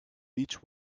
beech